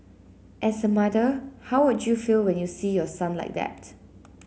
as a mother how would you feel when you see your son like that